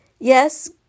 Yes